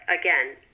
again